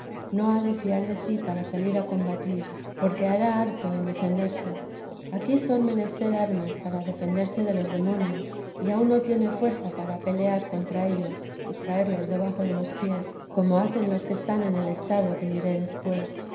no ha de fiar de sí para salir a combatir porque hará harto en defenderse aquí son menester armas para defenderse de los demonios y aun no tiene fuerza para pelear contra ellos y traerlos debajo de los pies como hacen los que están en el estado que diré después